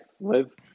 Live